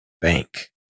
bank